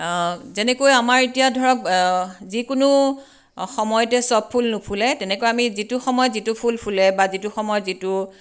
যেনেকৈ আমাৰ এতিয়া ধৰক যিকোনো সময়তে চব ফুল নুফুলে তেনেকৈ আমি যিটো সময়ত যিটো ফুল ফুলে বা যিটো সময়ত যিটো